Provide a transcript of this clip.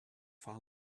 far